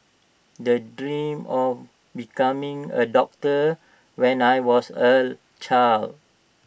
the dreamt of becoming A doctor when I was A child